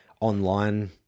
online